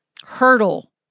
hurdle